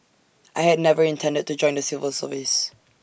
I had never intended to join the civil service